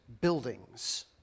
buildings